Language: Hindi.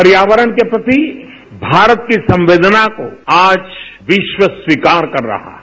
पर्यावरण के प्रति भारत की संवेदना को आज विश्व स्वीकार कर रहा है